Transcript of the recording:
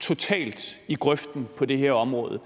totalt i grøften på det her område.